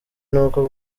nuko